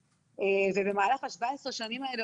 במהלך 17 השנים האלה,